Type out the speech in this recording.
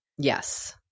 Yes